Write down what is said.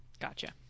gotcha